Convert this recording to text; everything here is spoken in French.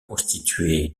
constituée